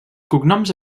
cognoms